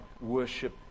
worship